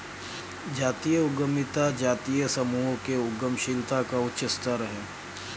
जातीय उद्यमिता जातीय समूहों के उद्यमशीलता का उच्च स्तर है